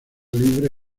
libre